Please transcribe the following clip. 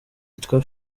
yitwa